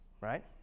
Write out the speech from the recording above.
right